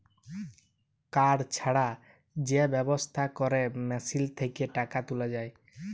card ছাড়া যে ব্যবস্থা ক্যরে মেশিল থ্যাকে টাকা তুলা যায়